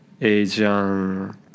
Asian